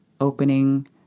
Opening